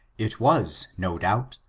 it was, no doubt,